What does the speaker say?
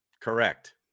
Correct